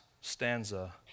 stanza